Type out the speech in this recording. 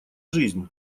жизнь